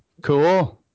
Cool